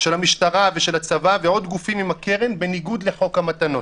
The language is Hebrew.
של הצבא ועוד גופים עם הקרן בניגוד לחוק המתנות.